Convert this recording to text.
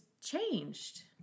changed